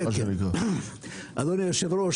אדוני היושב-ראש,